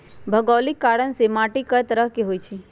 भोगोलिक कारण से माटी कए तरह के होई छई